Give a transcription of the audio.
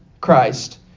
Christ